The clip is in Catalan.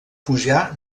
pujar